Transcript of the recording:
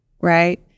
right